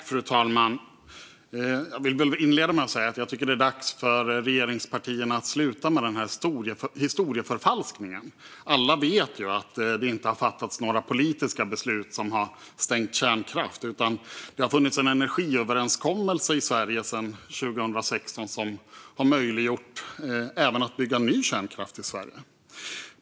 Fru talman! Låt mig inleda med att säga att det är dags för regeringspartierna att sluta med sin historieförfalskning. Alla vet att det inte har fattats några politiska beslut om att stänga ned kärnkraft och att det har funnits en energiöverenskommelse sedan 2016 som möjliggör byggande av ny kärnkraft i Sverige.